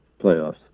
playoffs